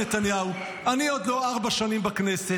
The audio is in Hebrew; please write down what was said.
נתניהו: אני עוד לא ארבע שנים בכנסת,